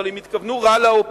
אבל הם התכוונו: רע לאופוזיציה.